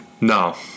No